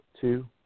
two